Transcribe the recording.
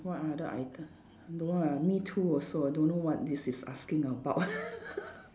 what other item no ah me too also I don't know what this is asking about